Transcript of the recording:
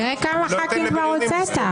תראה כמה חברי כנסת כבר הוצאת.